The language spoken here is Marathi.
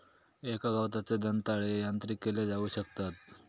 एका गवताचे दंताळे यांत्रिक केले जाऊ शकतत